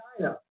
China